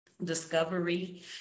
discovery